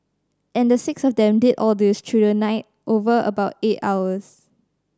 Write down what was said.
and the six of them did all this through the night over about eight hours